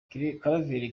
claver